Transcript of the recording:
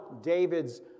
David's